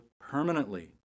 permanently